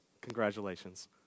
Congratulations